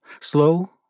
slow